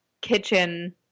kitchen